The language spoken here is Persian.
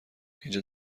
اینجا